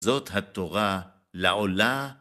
זאת התורה לעולה